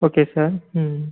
okay sir ம்